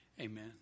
Amen